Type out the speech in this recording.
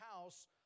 house